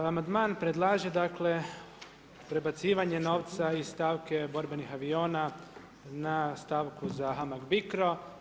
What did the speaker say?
Amandman predlaže, dakle prebacivanje novca iz stavke borbenih aviona na stavku za HAMAG BICRO.